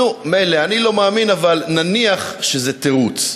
נו, מילא, אני לא מאמין, אבל נניח שזה תירוץ.